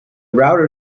router